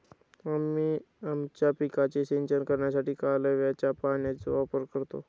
आम्ही आमच्या पिकांचे सिंचन करण्यासाठी कालव्याच्या पाण्याचा वापर करतो